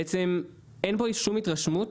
בעצם אין כאן שום התרשמות